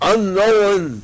Unknown